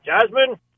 Jasmine